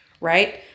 right